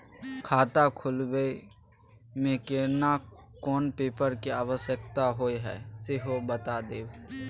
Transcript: खाता खोलैबय में केना कोन पेपर के आवश्यकता होए हैं सेहो बता देब?